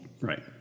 Right